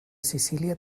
sicília